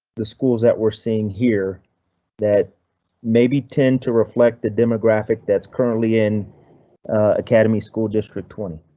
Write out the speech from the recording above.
the schools that we're seeing here that maybe tend to reflect the demographic that's currently in academy school district twenty.